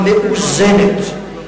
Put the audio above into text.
המאוזנת,